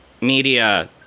media